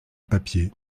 papier